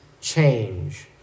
change